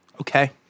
Okay